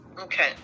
Okay